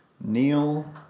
neil